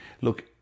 Look